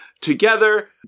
together